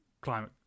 climate